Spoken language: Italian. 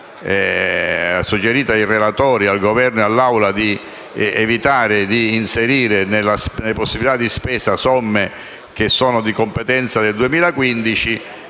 suggerito ai relatori, al Governo e all'Assemblea di evitare di inserire nelle possibilità di spesa somme di competenza del 2015.